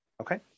Okay